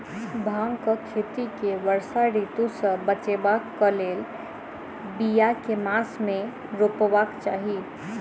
भांगक खेती केँ वर्षा ऋतु सऽ बचेबाक कऽ लेल, बिया केँ मास मे रोपबाक चाहि?